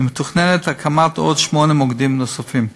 ומתוכננת הקמת שמונה מוקדים נוספים.